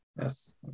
Yes